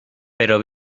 pero